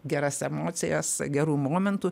geras emocijas gerų momentų